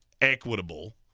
equitable